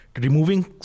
removing